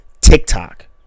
TikTok